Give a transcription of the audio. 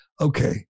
Okay